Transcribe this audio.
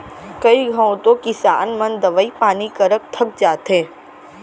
कई घंव तो किसान मन दवई पानी करत थक जाथें